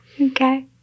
Okay